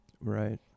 Right